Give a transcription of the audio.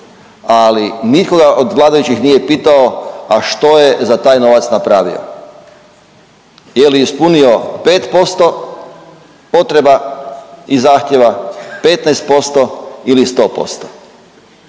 ali nitko ga od vladajućih nije pitao, a što je za taj novac napravio. Je li ispunio 5% potreba i zahtjeva, 15% ili 100%.